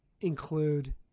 include